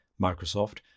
Microsoft